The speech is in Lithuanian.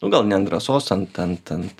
nu gal ne ant drąsos ant ant ant